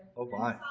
oh my